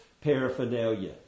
paraphernalia